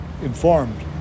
informed